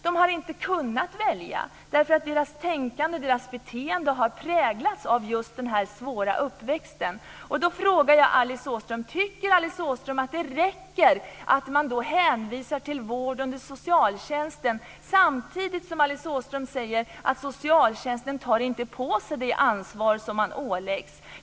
De har inte kunnat välja därför att deras tänkande, deras beteende har präglats av den svåra uppväxten. Jag frågar Alice Åström: Tycker Alice Åström att det räcker att man hänvisar till vård under socialtjänsten, samtidigt som Alice Åström säger att socialtjänsten inte tar på sig det ansvar man åläggs?